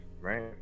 right